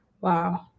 wow